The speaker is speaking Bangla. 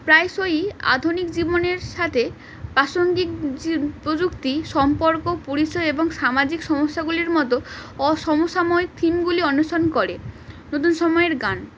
প্রায়শই আধুনিক জীবনের সাথে প্রাসঙ্গিক প্রযুক্তি সম্পর্ক পরিচয় এবং সামাজিক সমস্যাগুলির মতো অসমসাময়িক থিমগুলি অনুসরণ করে নতুন সময়ের গান